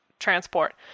transport